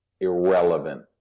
irrelevant